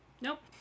Nope